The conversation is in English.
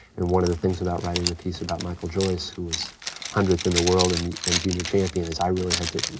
and one of the things about writing the piece about michael joyce, who was hundredth in the world and and junior champion, is i really had to,